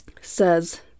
says